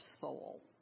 soul